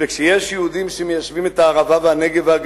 וכשיש יהודים שמיישבים את הערבה ואת הנגב ואת הגליל,